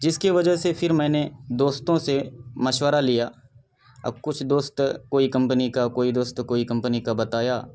جس کی وجہ سے پھر میں نے دوستوں سے مشورہ لیا اور کچھ دوست کوئی کمپنی کا کوئی دوست کوئی کمپنی کا بتایا